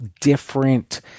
different